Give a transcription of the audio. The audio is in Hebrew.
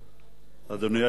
אדוני היושב-ראש,